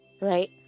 right